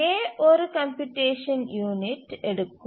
A ஒரு computation unit எடுக்கும்